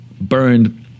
burned